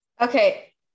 Okay